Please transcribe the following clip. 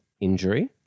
injury